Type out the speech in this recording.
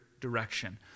direction